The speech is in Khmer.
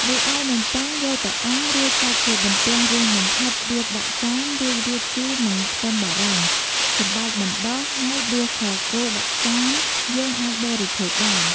រីឯនំប័ុងយកទៅអាំំងរួចកាត់ជាបន្ទះរាងបញ្ឆិតរៀបដាក់ចានរួចរៀបជីនិងខ្ទឹមបារាំង សណ្តែកបណ្ដុះ ហើយដួសខគោដាក់ចានយើងអាចបរិភោគបាន។